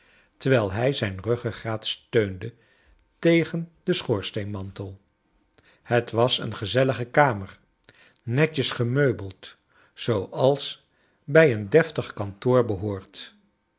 terwijl hij zijn ruggegraat steunde tegen den schoorsteenmantel het was een gezellige kamer netjes gcmeubeld zooals bij een deftig kantoor behoort